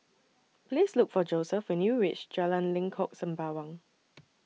Please Look For Joseph when YOU REACH Jalan Lengkok Sembawang